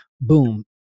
boom